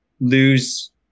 lose